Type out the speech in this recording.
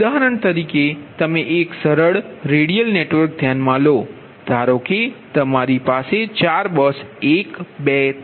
ઉદાહરણ તરીકે તમે એક સરળ રેડિયલ નેટવર્ક ધ્યાનમાં લો ધારોકે તમારી પાસે 4 બસ 123 અને 4 છે